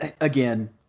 again